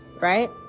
right